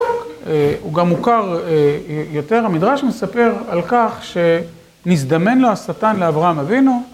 הוא גם מוכר יותר, המדרש מספר על כך שנזדמן לו השטן לאברהם אבינו